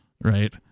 right